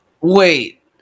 Wait